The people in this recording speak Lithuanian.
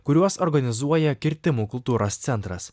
kuriuos organizuoja kirtimų kultūros centras